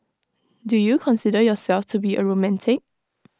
do you consider yourself to be A romantic